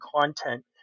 content